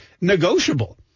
negotiable